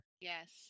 Yes